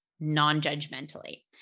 Non-judgmentally